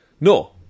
No